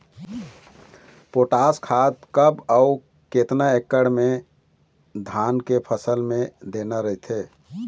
Potash खाद कब अऊ केतना एकड़ मे धान के फसल मे देना रथे?